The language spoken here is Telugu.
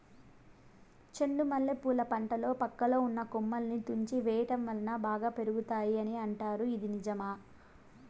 చెండు మల్లె పూల పంటలో పక్కలో ఉన్న కొమ్మలని తుంచి వేయటం వలన బాగా పెరుగుతాయి అని అంటారు ఇది నిజమా?